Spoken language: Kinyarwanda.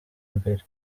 mbere